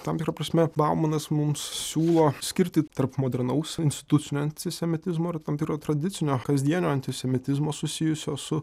tam tikra prasme baumanas mums siūlo skirtį tarp modernaus institucinio antisemitizmo ir tam tikro tradicinio kasdienio antisemitizmo susijusio su